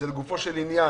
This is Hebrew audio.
זה לגופו של עניין.